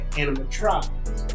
animatronics